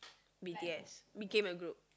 b_t_s became a group